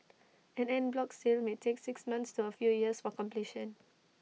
an en bloc sale may take six months to A few years for completion